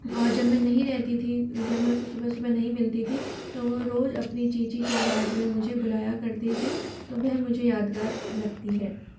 और जब मैं नहीं रहती थी जब मैं उसको सुबह सुबह नहीं मिलती थी तो वो रोज अपनी ची ची की आवाज में मुझे बुलाया करती थी तो वह मुझे यादगार लगती है